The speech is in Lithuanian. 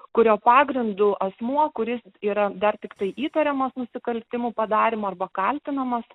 kurio pagrindu asmuo kuris yra dar tiktai įtariamas nusikaltimų padarymu arba kaltinamas